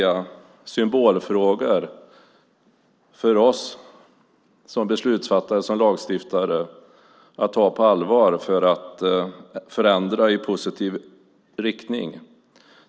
De här symbolfrågorna är oerhört viktiga för oss som beslutsfattare och lagstiftare att ta på allvar för att kunna göra förändringar i positiv riktning.